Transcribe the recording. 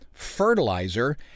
fertilizer